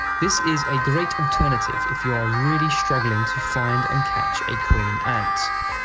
this is a great alternative if you are really struggling to find and catch a queen ant.